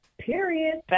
Period